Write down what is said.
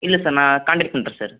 இல்லை சார் நான் காண்டேக்ட் பண்ணுறேன் சார்